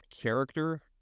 character